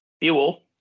fuel